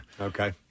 Okay